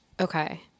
Okay